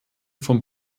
vom